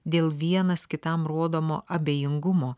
dėl vienas kitam rodomo abejingumo